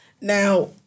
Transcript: Now